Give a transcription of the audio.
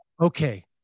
okay